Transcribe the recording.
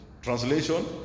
translation